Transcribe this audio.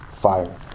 fire